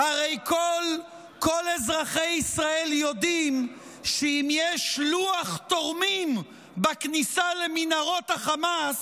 הרי כל אזרחי ישראל יודעים שאם יש לוח תורמים בכניסה למנהרות החמאס,